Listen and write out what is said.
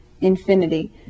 infinity